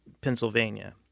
Pennsylvania